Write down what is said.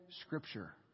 Scripture